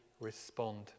respond